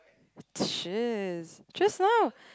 shiz just now